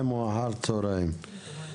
צוהריים טובים.